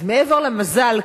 אז מעבר למזל,